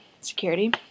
security